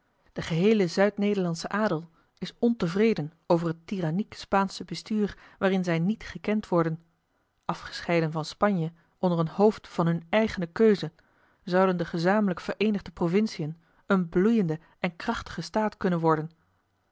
de geheele zuidnederlandsche adel is ontevreden over het tyranniek spaansche bestuur waarin zij niet gekend worden afgescheiden van spanje onder een hoofd van hunne eigene keuze zouden de gezamenlijk vereenigde provinciën een bloeiende en krachtige staat kunnen worden